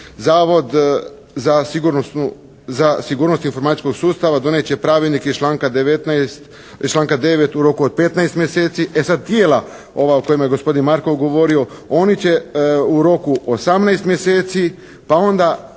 Zavod za sigurnost informacijskog sustava donijet će pravilnik iz članka 9. u roku od 15 mjeseci. E sada tijela ova o kojima je gospodin Markov govorio, oni će u roku 18 mjeseci pa onda